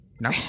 No